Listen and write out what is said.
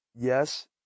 Yes